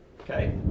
Okay